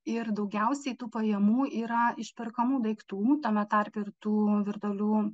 ir daugiausiai tų pajamų yra iš perkamų daiktų tame tarpe ir tų virtualių